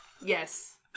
Yes